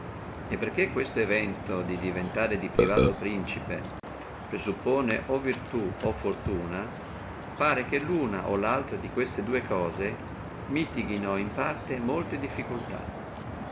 e perché questo evento di diventare di privato principe presuppone o virtù o fortuna pare che luna o laltra di queste dua cose mitighi in parte di molte difficultà